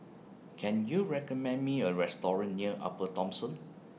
Can YOU recommend Me A Restaurant near Upper Thomson